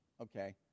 Okay